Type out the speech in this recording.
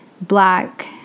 black